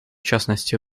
частности